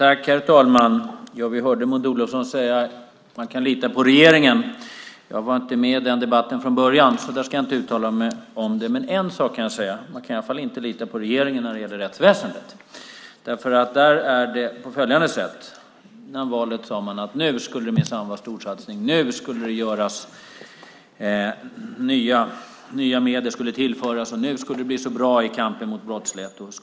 Herr talman! Vi hörde Maud Olofsson säga att man kan lita på regeringen. Jag lyssnade inte på den debatten från början. Jag ska därför inte uttala mig om det i detta sammanhang. Men en sak kan jag säga: Man kan i alla fall inte lita på regeringen när det gäller rättsväsendet. Där är det på följande sätt. Före valet sade man att det minsann skulle ske en storsatsning, att det skulle tillföras nya medel och att det skulle bli så bra i kampen mot brottsligheten.